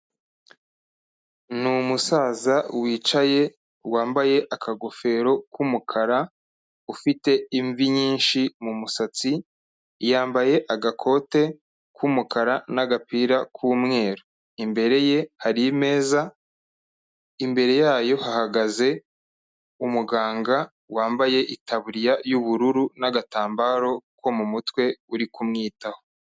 Ni umusaza wicaye, wambaye akagofero k'umukara, ufite imvi nyinshi mu musatsi, yambaye agakote k'umukara n'agapira k'umweru. Imbere ye, hari imeza, imbere yayo, hahagaze umuganga wambaye itaburiya y'ubururu n'agatambaro ko mu mutwe, uri kumwitaho.